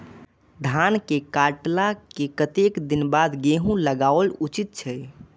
धान के काटला के कतेक दिन बाद गैहूं लागाओल उचित छे?